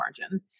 margin